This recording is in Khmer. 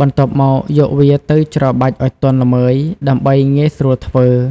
បន្ទាប់មកយកវាទៅច្របាច់ឲ្យទន់ល្មើយដើម្បីងាយស្រួលធ្វើ។